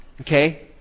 Okay